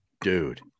dude